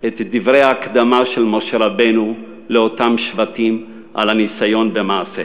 את דברי ההקדמה של משה רבנו לאותם שבטים על הניסיון במעשיהם.